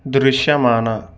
దృశ్యమాన